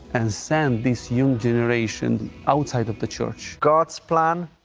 and send this new generation outside of the church. god's plan,